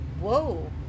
whoa